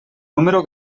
número